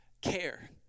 care